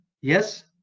Yes